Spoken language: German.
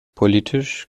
politisch